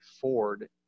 Ford